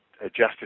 adjusted